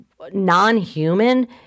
non-human